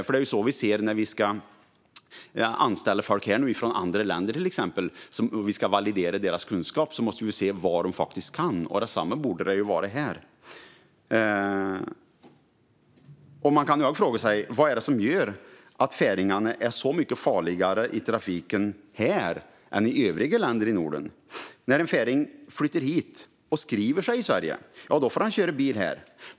Det är så vi ser på det när vi till exempel ska anställa människor från andra länder. När vi ska validera deras kunskap måste vi se vad de faktiskt kan. Det borde vara på samma sätt här. Man kan fråga sig: Vad är det som gör att färingarna är så mycket farligare i trafiken här än i övriga länder i Norden? När en färing flyttar hit och skriver sig i Sverige får han köra bil här.